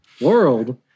World